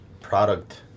Product